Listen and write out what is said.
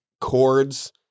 chords